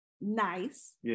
nice